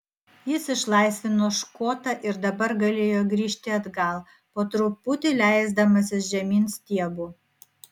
jis išlaisvino škotą ir dabar galėjo grįžti atgal po truputį leisdamasis žemyn stiebu